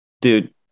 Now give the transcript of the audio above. dude